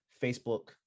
Facebook